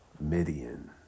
Midian